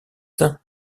sam